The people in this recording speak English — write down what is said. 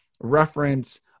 reference